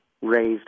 raised